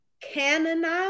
canonize